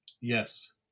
Yes